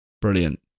Brilliant